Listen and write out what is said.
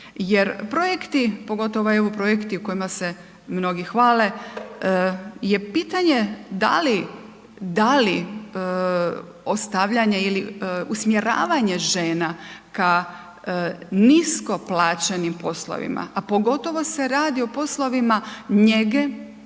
jer projekti, pogotovo EU projekti u kojima se mnogi hvale, je pitanje da li, da li ostavljanje ili usmjeravanje žena ka nisko plaćenim poslovima, a pogotovo se radi o poslovima njege